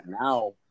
now